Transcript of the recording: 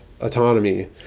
autonomy